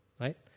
right